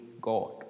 God